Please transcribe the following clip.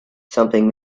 something